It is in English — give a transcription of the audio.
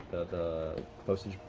the post.